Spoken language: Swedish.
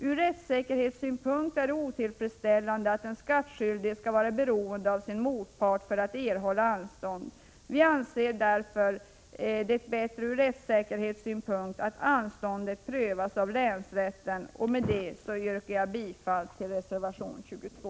Ur rättssäkerhetssynpunkt är det otillfredsställande att den skattskyldige skall vara beroende av sin motpart för att erhålla anstånd. Vi anser det därför vara bättre ur rättssäkerhetssynpunkt att anståndsfrågan prövas av länsrätten. Jag yrkar bifall till reservation 22.